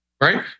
right